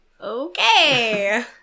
Okay